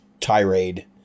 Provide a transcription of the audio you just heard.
tirade